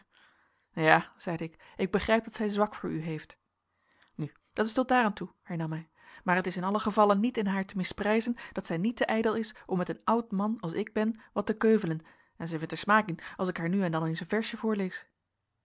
ja zeide ik ik begrijp dat zij zwak voor u heeft nu dat is tot daar aan toe hernam hij maar het is in allegevalle niet in haar te misprijzen dat zij niet te ijdel is om met een oud man als ik ben wat te keuvelen en zij vindt er smaak in als ik haar nu en dan eens een versje voorlees